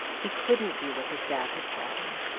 he couldn't do what his dad had taught him.